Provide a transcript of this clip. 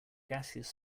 gaseous